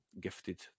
gifted